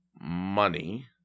...money